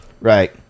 right